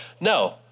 no